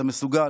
אתה מסוגל,